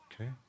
okay